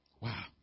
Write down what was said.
Wow